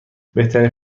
بهترین